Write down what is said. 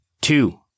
two